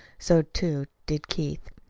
so, too, did keith.